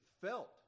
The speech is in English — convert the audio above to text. felt